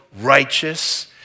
righteous